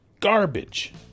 garbage